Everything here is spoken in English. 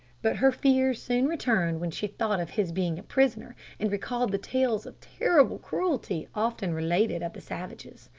but her fears soon returned when she thought of his being a prisoner, and recalled the tales of terrible cruelty often related of the savages.